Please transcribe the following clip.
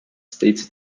states